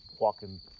walking